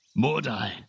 Mordai